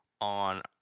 on